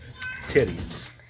Titties